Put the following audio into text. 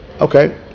Okay